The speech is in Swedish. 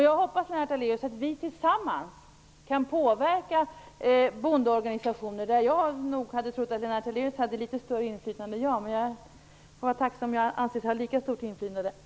Jag hoppas att vi tillsammans kan påverka bondeorganisationen - jag hade trott att Lennart Daléus där hade litet större inflytande än jag, men jag får vara tacksam om jag anses ha lika stort inflytande.